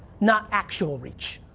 not actual reach.